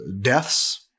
deaths